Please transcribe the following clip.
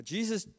Jesus